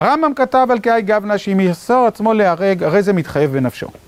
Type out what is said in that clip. הרמב״ם כתב על קאי גבנה שאם יאסור עצמו להרג, הרי זה מתחייב בנפשו.